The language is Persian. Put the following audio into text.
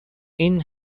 این